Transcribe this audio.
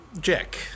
jack